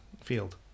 field